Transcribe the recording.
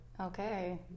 okay